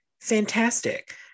Fantastic